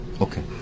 Okay